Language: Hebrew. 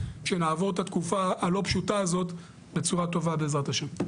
שנעבור את התקופה הלא פשוטה הזאת בצורה טובה בעזרת השם.